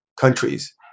countries